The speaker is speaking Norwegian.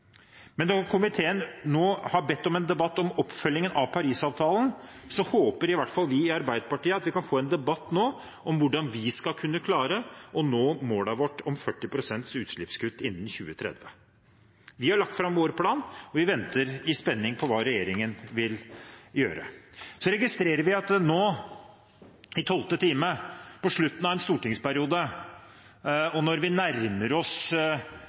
Men når komiteen nå har bedt om en debatt om oppfølgingen av Paris-avtalen, håper i hvert fall vi i Arbeiderpartiet at vi kan få en debatt nå om hvordan vi skal kunne klare å nå målet vårt om 40 pst. utslippskutt innen 2030. Vi har lagt fram vår plan, og vi venter i spenning på hva regjeringen vil gjøre. Så registrerer vi at nå – i tolvte time, på slutten av en stortingsperiode og når vi nærmer oss